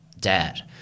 dad